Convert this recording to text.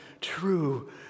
true